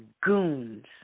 goons